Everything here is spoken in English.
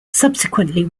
subsequently